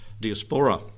diaspora